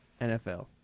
NFL